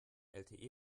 lte